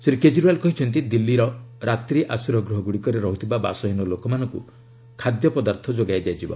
ଶ୍ରୀ କେଜରୱାଲ କହିଛନ୍ତି ଦିଲ୍ଲୀର ରାତ୍ରି ଆଶ୍ରୟଗୃହଗୁଡ଼ିକରେ ରହୁଥିବା ବାସହୀନ ଲୋକମାନଙ୍କୁ ଖାଦ୍ୟ ଯୋଗାଇ ଦିଆଯିବ